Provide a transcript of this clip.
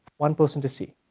one person to see.